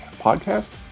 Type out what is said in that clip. podcast